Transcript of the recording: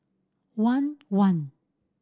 one one